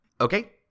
Okay